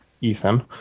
Ethan